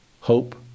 hope